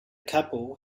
couple